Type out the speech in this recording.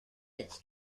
its